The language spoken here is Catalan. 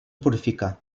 purifica